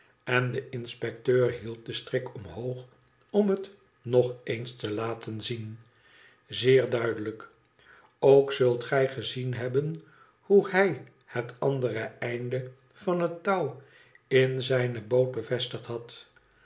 en de inspecteur hield den strik omhoog om het nog eens te laten zien zeer duidelijk ook zult gij gezien hebben hoe hij het andere einde van het touw in zijne boot bevestigd had